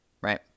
right